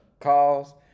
calls